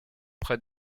près